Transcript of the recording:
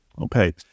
Okay